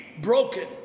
broken